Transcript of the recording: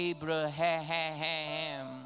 Abraham